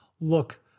look